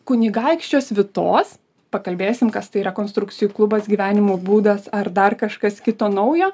kunigaikščio svitos pakalbėsim kas tai rekonstrukcijų klubas gyvenimo būdas ar dar kažkas kito naujo